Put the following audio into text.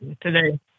today